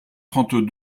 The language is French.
trente